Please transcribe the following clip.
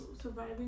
surviving